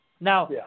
Now